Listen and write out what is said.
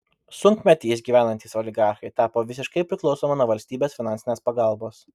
sunkmetį išgyvenantys oligarchai tapo visiškai priklausomi nuo valstybės finansinės pagalbos